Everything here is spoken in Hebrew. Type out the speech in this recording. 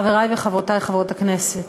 תודה, חברי וחברותי חברות הכנסת,